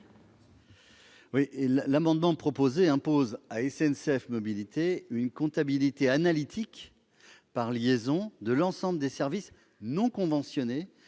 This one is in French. L'amendement vise à imposer à SNCF Mobilités d'établir une comptabilité analytique par liaison de l'ensemble des services non conventionnés